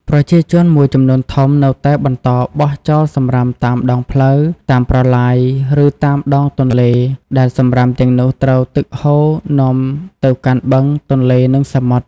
ប្រជាជនមួយចំនួនធំនៅតែបន្តបោះចោលសំរាមតាមដងផ្លូវ តាមប្រឡាយ ឬតាមដងទន្លេ ដែលសំរាមទាំងនោះត្រូវទឹកហូរនាំទៅកាន់បឹង ទន្លេ និងសមុទ្រ។